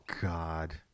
God